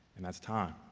and that's time.